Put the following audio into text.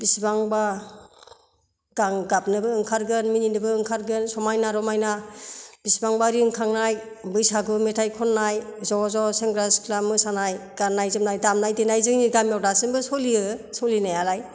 बेसेबांबा गाबनोबो ओंखारगोन मिनिनोबो ओंखारगोन समायना रमायना बिसिबांबा रिंखांनाय बैसागु मेथाइ खननाय ज' ज' सेंग्रा सिख्ला मोसानाय गाननाय जोमनाय दामनाय देनाय जोंनि गामियाव दासिमबो सोलियो सोलिनायालाय